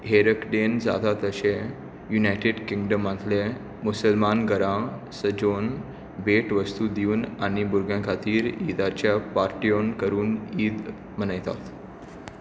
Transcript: हेर कडेन जाता तशें युनायटेड किंगडमांतले मुसलमान घरां सजोवन भेट वस्तू दिवन आनी भुरग्यां खातीर ईदाच्या पार्ट्यो करून ईद मनयता